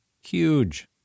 Huge